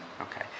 Okay